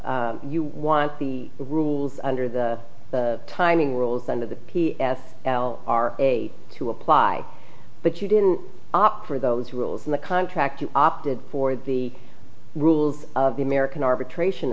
of you want the rules under the timing rules under the p f l r a to apply but you didn't opt for those rules in the contract you opted for the rules of the american arbitration